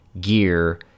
gear